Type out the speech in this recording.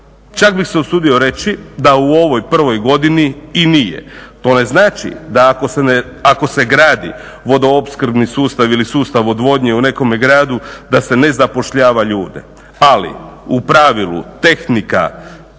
Čak bih se usudio reći da u ovoj prvoj godini i nije. To ne znači da ako se gradi vodoopskrbni sustav ili sustav odvodnje u nekome gradu da se ne zapošljava ljude. Ali u pravilu tehnika,